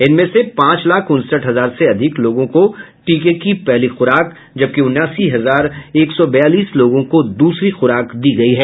इनमें से पांच लाख उनसठ हजार से अधिक लोगों को टीके की पहली खुराक जबकि उनासी हजार एक सौ बयालीस लोगों को दूसरी खुराक दी गयी है